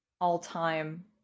all-time